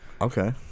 Okay